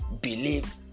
believe